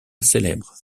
célèbre